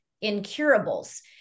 incurables